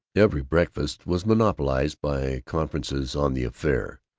every breakfast was monopolized by conferences on the affair.